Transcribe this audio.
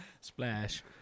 Splash